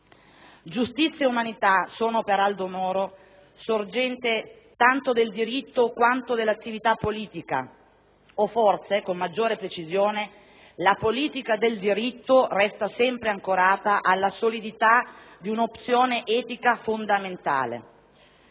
Giustizia e umanità sono per Aldo Moro sorgente tanto del diritto quanto dell'attività politica o forse, con maggiore precisione, la «politica del diritto» resta sempre ancorata alla solidità di una «opzione etica fondamentale».